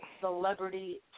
celebrity